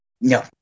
No